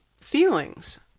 feelings